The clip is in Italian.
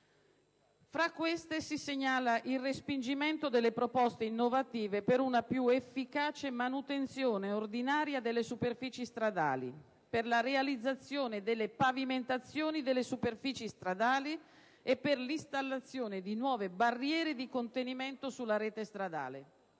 Fra queste si segnala la reiezione delle proposte innovative per una più efficace manutenzione ordinaria delle superfici stradali, per la realizzazione delle pavimentazioni delle superfici stradali e per l'installazione di nuove barriere di contenimento sulla rete stradale.